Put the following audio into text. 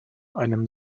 einem